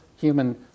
human